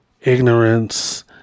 ignorance